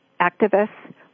activists